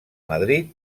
madrid